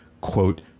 quote